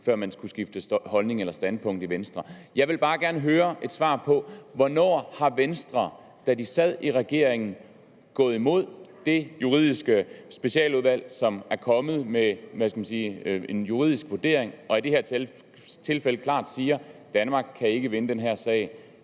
før man kunne skifte holdning eller standpunkt i Venstre. Jeg vil bare gerne høre et svar på, hvornår Venstre, da de sad i regering, er gået imod det juridiske specialudvalg, som er kommet med en juridisk vurdering og i det her tilfælde klart siger, at Danmark ikke kan vinde den her sag.